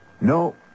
No